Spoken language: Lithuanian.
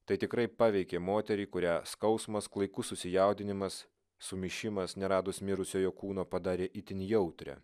tai tikrai paveikė moterį kurią skausmas klaikus susijaudinimas sumišimas neradus mirusiojo kūno padarė itin jautrią